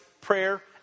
prayer